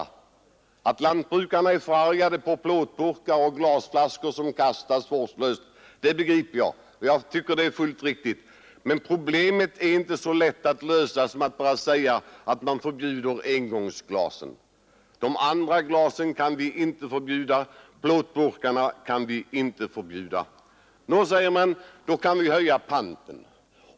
Jag begriper att lantbrukarna är förargade över plåtburkar och glasflaskor som kastas vårdslöst, och jag tycker att deras inställning är fullt riktig, men problemet är inte så lätt att lösa att man bara kan säga att man förbjuder engångsglasen. De andra glasen kan vi inte förbjuda, och plåtburkarna kan vi inte heller förbjuda. Nå, säger man, då kan vi höja panten.